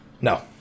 no